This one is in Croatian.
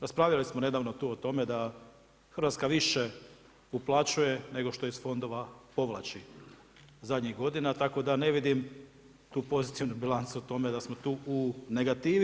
Raspravljali smo nedavno tu o tome da Hrvatska više uplaćuje nego što iz fondova povlači zadnjih godina, tako da ne vidim tu pozitivnu bilancu tome da smo tu u negativi.